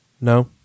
no